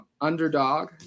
underdog